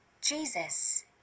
Jesus